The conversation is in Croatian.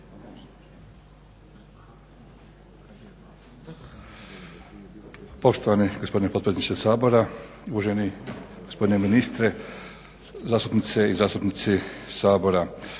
Poštovani gospodine potpredsjedniče Sabora, uvaženi gospodine ministre, zastupnice i zastupnici Sabora.